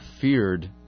feared